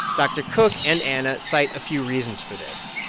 dr. cook and anna cite a few reasons for this.